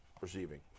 receiving